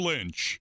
Lynch